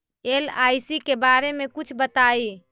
LIC के बारे मे कुछ बताई?